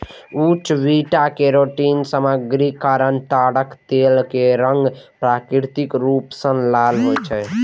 उच्च beta carotene सामग्रीक कारण ताड़क तेल के रंग प्राकृतिक रूप सं लाल होइ छै